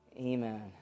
Amen